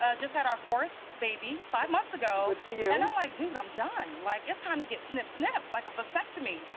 ah just had our fourth baby five months ago. and you know i'm like, dude, i'm done! like it's time to get snip snip, like a vasectomy.